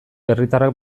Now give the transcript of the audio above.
herritarrak